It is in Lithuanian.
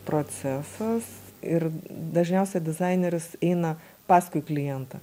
procesas ir dažniausia dizaineris eina paskui klientą